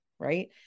right